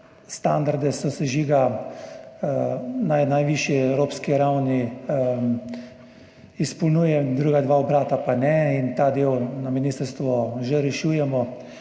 standarde sosežiga na najvišji evropski ravni izpolnjuje, druga dva obrata pa ne in ta del na ministrstvu že rešujemo.